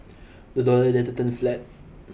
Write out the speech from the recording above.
the dollar later turned flat